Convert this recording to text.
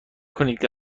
کنید